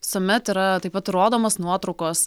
visuomet yra taip pat rodomos nuotraukos